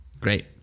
Great